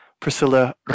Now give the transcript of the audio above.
Priscilla